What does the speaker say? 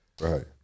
Right